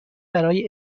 برای